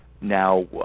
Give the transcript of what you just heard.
Now